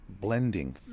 blending